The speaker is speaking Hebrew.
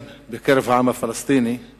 בקרב העם הפלסטיני מרימים ידיים,